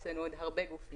יש לנו עוד הרבה גופים.